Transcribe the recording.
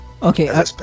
okay